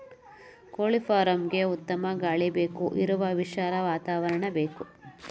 ಕೋಳಿ ಫಾರ್ಮ್ಗೆಗೆ ಉತ್ತಮ ಗಾಳಿ ಬೆಳಕು ಇರುವ ವಿಶಾಲ ವಾತಾವರಣ ಬೇಕು